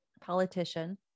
politician